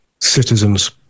citizens